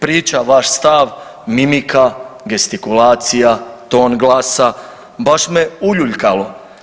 Priča, vaš stav, mimika, gestikulacija, ton glasa, baš me uljuljkalo.